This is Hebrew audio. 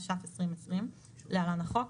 התש"ף-2020 (להלן החוק),